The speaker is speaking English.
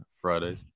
friday